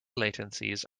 latencies